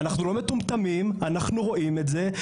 אנחנו לא מטומטמים אנחנו רואים את זה,